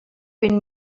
vint